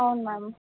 అవును మ్యామ్